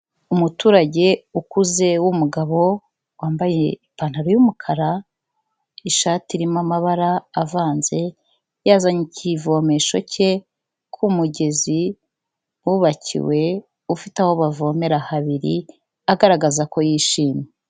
Umuturage ukuze w'umugabo, wambaye ipantaro y'umukara, ishati irimo amabara avanze, yazanye ikivomesho cye ku mugezi wubakiwe, ufite aho bavomera habiri, agaragaza ko yishimye.